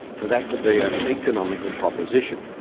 for that to be an economical proposition.